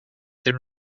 there